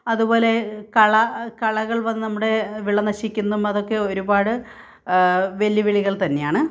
അതുപോലെ കള കളകള് വന്ന് നമ്മുടെ വിള നശിക്കുന്നതും അതൊക്കെ ഒരുപാട് വെല്ലുവിളികള് തന്നെയാണ്